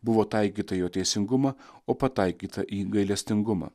buvo taikyta jo į teisingumą o pataikyta į gailestingumą